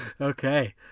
okay